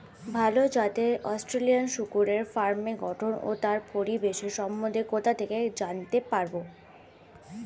ভাল জাতের অস্ট্রেলিয়ান শূকরের ফার্মের গঠন ও তার পরিবেশের সম্বন্ধে কোথা থেকে জানতে পারবো?